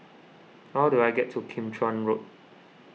how do I get to Kim Chuan Road